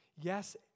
Yes